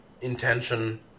Intention